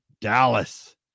Dallas